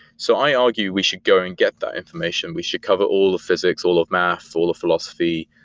so i argue we should go and get that information. we should cover all of physics, all of math, all of philosophy.